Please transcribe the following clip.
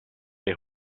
der